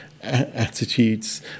attitudes